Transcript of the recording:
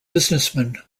businessman